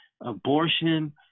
abortion